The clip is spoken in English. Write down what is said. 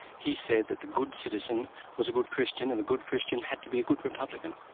he said that the good citizen was a good christian and a good christian had to be a good republican.